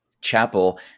chapel